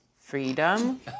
Freedom